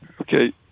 Okay